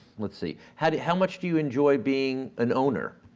let's see, how do how much do you enjoy being an owner?